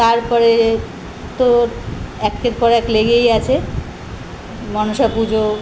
তারপরে তো একের পর এক লেগেই আছে মনসা পুজো